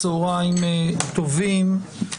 צהריים טובים,